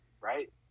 right